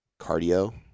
cardio